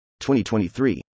2023